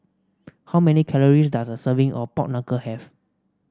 how many calories does a serving of Pork Knuckle have